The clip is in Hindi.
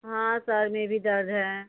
हाँ सिर में भी दर्द है